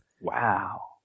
Wow